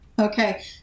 Okay